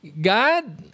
God